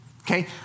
Okay